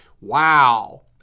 Wow